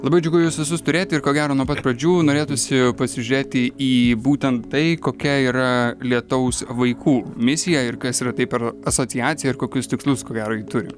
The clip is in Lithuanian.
labai džiugu jus visus turėti ir ko gero nuo pat pradžių norėtųsi pasižiūrėti į būtent tai kokia yra lietaus vaikų misija ir kas yra tai per asociacija ir kokius tikslus ko gero ji turi